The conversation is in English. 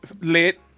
lit